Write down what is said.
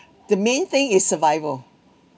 the main thing is survival